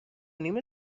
نیمه